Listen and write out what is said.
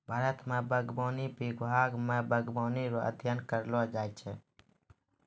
भारत मे बागवानी विभाग मे बागवानी रो अध्ययन करैलो जाय छै